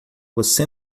você